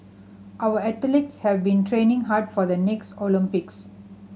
our athletes have been training hard for the next Olympics